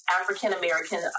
African-American